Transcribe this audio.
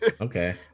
Okay